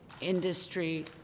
industry